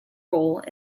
role